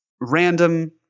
random